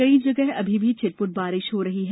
कई जगह अभी भी छिटपुट बारिश हो रही है